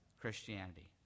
Christianity